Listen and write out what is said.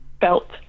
felt